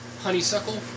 honeysuckle